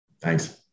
Thanks